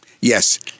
Yes